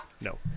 No